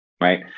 right